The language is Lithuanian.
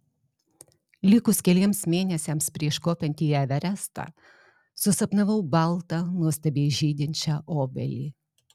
likus keliems mėnesiams prieš kopiant į everestą susapnavau baltą nuostabiai žydinčią obelį